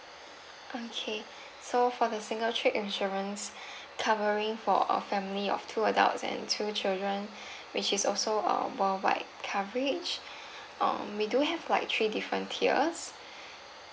okay so for the single trip insurance covering for a family of two adults and two children which is also uh worldwide coverage um we do have like three different tiers